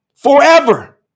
Forever